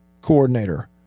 coordinator